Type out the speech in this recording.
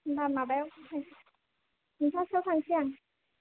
होमबा माबायाव थांनोसै दुइथासेयाव थांनोसै आं